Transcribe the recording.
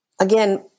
Again